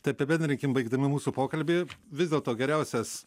tai apibendrinkime baigdami mūsų pokalbį vis dėlto geriausias